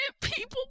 people